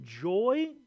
joy